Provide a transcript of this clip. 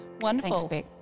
wonderful